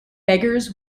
beggars